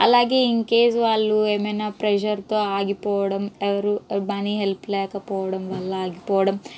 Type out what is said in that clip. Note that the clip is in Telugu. అలాగే ఇన్ కేస్ వాళ్ళు ఏమైనా ప్రెషర్ తో ఆగిపోవడం ఎవరు మనీ హెల్ప్ లేకపోవడం వాళ్ళ ఆగిపోవడం